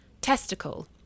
testicle